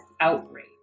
outrage